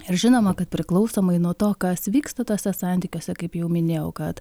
ir žinoma kad priklausomai nuo to kas vyksta tuose santykiuose kaip jau minėjau kad